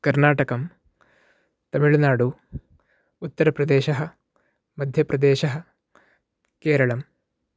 कर्नाटकम् तमिळनाडु उत्तरप्रदेशः मध्यप्रदेशः केरळम्